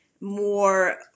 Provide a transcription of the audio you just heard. more